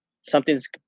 something's